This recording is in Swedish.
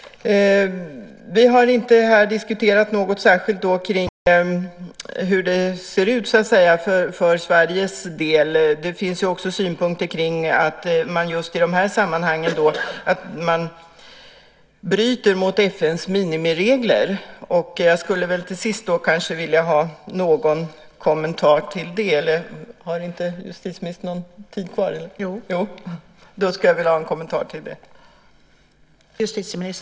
Vi har här inte diskuterat särskilt hur det ser ut för Sveriges del. Det finns synpunkter kring att man just i de här sammanhangen bryter mot FN:s minimiregler. Jag skulle till sist vilja ha någon kommentar till det.